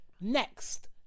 Next